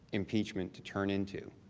impeachment to turn into.